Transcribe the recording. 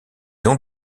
ont